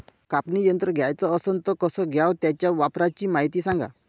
कापनी यंत्र घ्याचं असन त कस घ्याव? त्याच्या वापराची मायती सांगा